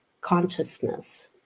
consciousness